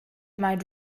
might